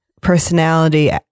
personality